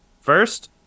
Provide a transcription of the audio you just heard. First